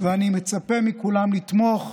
ואני מצפה מכולם לתמוך.